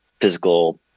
physical